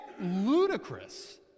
ludicrous